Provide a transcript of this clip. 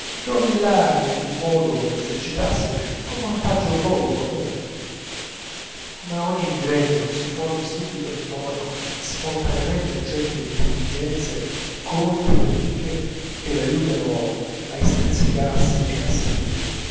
trovi là il modo d'esercitarsi con vantaggio proprio e comune come a ogni ingegno si formi subito intorno spontaneamente un cerchio d'intelligenze colte ed amiche che lo aiutano a estrinsecarsi e a salire